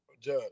judge